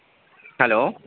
hello